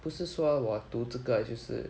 不是说我读这个就是